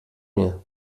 mir